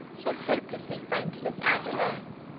so hopelessly friendless and alone,